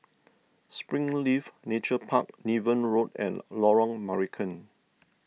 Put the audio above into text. Springleaf Nature Park Niven Road and Lorong Marican